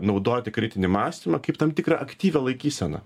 naudoti kritinį mąstymą kaip tam tikrą aktyvią laikyseną